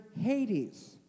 Hades